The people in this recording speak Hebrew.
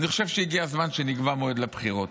אני חושב שהגיע הזמן שנקבע מועד לבחירות.